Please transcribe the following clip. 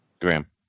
Graham